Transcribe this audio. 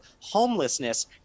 homelessness